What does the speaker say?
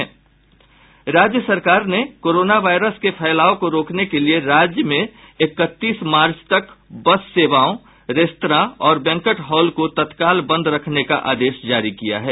राज्य सरकार ने कोरोना वायरस के फैलाव को रोकने के लिए राज्य में इकतीस मार्च तक बस सेवाओँ रेस्त्रां और बैंक्वेट हॉल को तत्काल बंद रखने का आदेश जारी किया है